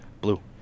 blue